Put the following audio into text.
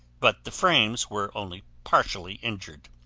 but the frames were only partially injured.